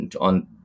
on